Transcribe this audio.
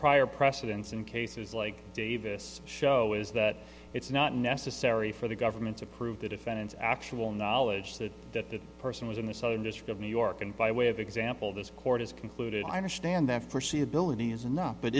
prior precedence in cases like davis show is that it's not necessary for the government approved the defendant's actual knowledge that that person was in the southern district of new york and by way of example this court has concluded i understand that forsee abilit